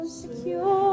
secure